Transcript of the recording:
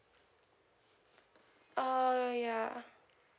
uh ya